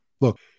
look